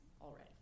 already